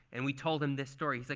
and we told him this story, he's like,